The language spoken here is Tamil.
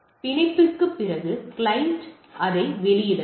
பிணைப்புக்குப் பிறகு கிளையண்ட் அதை வெளியிடலாம்